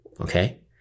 okay